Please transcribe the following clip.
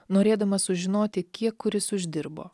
norėdamas sužinoti kiek kuris uždirbo